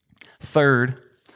Third